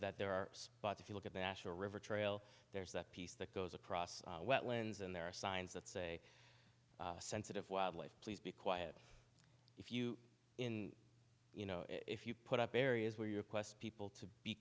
that there are spots if you look at the national river trail there's that piece that goes across wetlands and there are signs that say sensitive wildlife please be quiet if you in you know if you put up areas where you request people to be